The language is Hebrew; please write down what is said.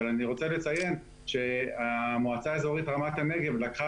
אבל אני רוצה לציין שהמועצה האזורית רמת הנגב לקחה